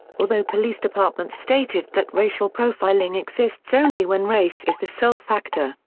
although police departments stated that racial profiling exists only when race is the sole factor,